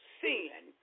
sin